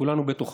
כולנו בתוכה: